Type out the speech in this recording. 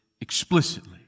explicitly